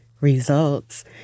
results